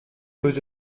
cause